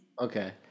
Okay